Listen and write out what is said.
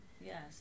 yes